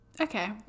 Okay